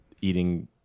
eating